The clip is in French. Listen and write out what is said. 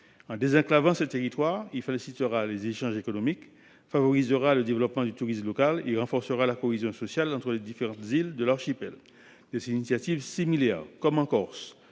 En désenclavant ce territoire, il félicitera les échanges économiques, favorisera le développement du tourisme local et renforcera la cohésion sociale entre les différentes îles de l’archipel. Des initiatives similaires, en Corse